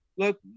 look